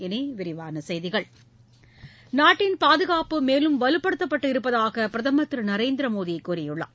இனி விரிவான செய்திகள் நாட்டின் பாதுகாப்பு மேலும் வலுப்படுத்தப்பட்டு இருப்பதாக பிரதமர் திரு நரேந்திர மோடி கூறியுள்ளார்